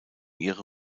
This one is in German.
ihre